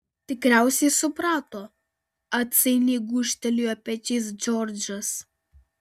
tikriausiai suprato atsainiai gūžtelėjo pečiais džordžas